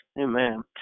Amen